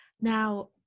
Now